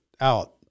out